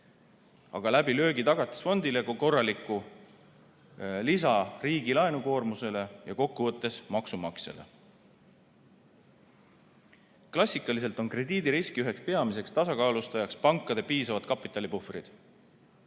aga löögi kaudu Tagatisfondile ka korralikku lisa riigi laenukoormusele ja kokkuvõttes maksumaksjale. Klassikaliselt on krediidiriski üheks peamiseks tasakaalustajaks pankade piisavad kapitalipuhvrid.